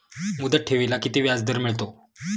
मुदत ठेवीला किती व्याजदर मिळतो?